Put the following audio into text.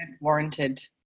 warranted